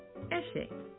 Eshe